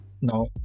No